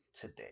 today